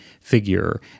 figure